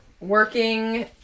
working